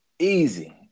Easy